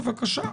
בבקשה.